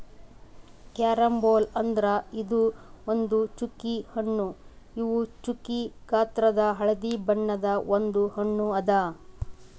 carambola ಅಂದುರ್ ಇದು ಒಂದ್ ಚ್ಚುಕಿ ಹಣ್ಣು ಇವು ಚ್ಚುಕಿ ಗಾತ್ರದಾಗ್ ಹಳದಿ ಬಣ್ಣದ ಒಂದ್ ಹಣ್ಣು ಅದಾ